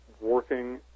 working